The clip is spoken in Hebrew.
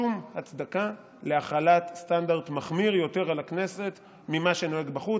שום הצדקה להחלת סטנדרט מחמיר יותר על הכנסת ממה שנוהג בחוץ.